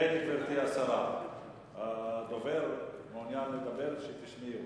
כן, גברתי השרה, הדובר מעוניין לדבר כשתשמעי אותו.